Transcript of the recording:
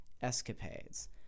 escapades